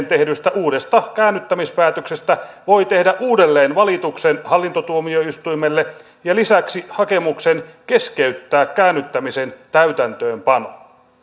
tehdystä uudesta käännyttämispäätöksestä voi tehdä uudelleen valituksen hallintotuomioistuimelle ja lisäksi hakemuksen keskeyttää käännyttämisen täytäntöönpano